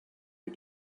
you